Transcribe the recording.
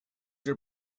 your